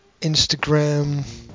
Instagram